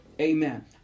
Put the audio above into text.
Amen